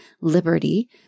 Liberty